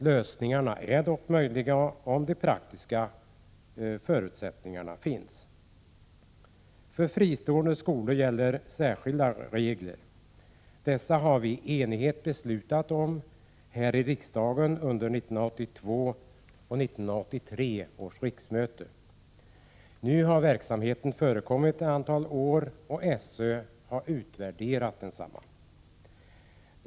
Lösningarna är dock möjliga om de praktiska förutsättningarna finns. För fristående skolor gäller särskilda regler. Dessa har vi i enighet beslutat om här i riksdagen under 1982/83 års riksmöte. Nu har verksamheten förekommit ett antal år, och SÖ har utvärderat densamma.